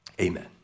Amen